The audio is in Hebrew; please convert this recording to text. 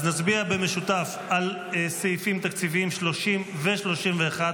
נצביע במשותף על סעיפים תקציביים 30 ו-31,